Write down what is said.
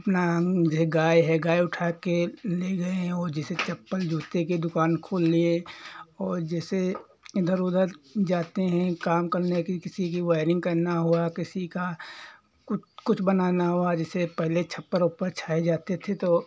अपना है जैसे गाय गाय उठा के ले गए हैं वो जैसे चप्पल जूते की दुकान खोल लिए और जैसे इधर उधर जाते हैं काम करने की कि किसी की वायरिंग करना हुआ किसी का कुछ कुछ बनाना हुआ जैसे पहले छप्पर वप्पर छाए जाते थे तो